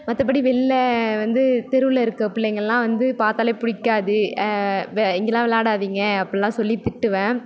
மற்றபடி வெளில வந்து தெருவில் இருக்கற பிள்ளைங்களெலாம் வந்து பார்த்தாலே பிடிக்காது இங்கெலாம் விளாடாதீங்க அப்புடில்லாம் சொல்லி திட்டுவேன்